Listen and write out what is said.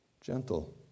gentle